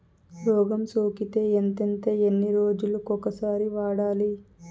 రోగం సోకితే ఎంతెంత ఎన్ని రోజులు కొక సారి వాడాలి?